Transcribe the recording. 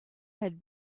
had